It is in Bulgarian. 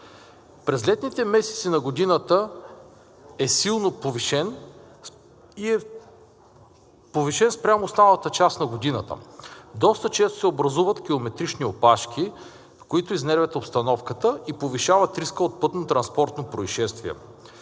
през летните месеци на годината е силно повишен спрямо останалата част на годината. Доста често се образуват километрични опашки, които изнервят обстановката и повишават риска от пътнотранспортни произшествия.